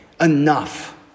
enough